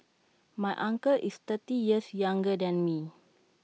my uncle is thirty years younger than me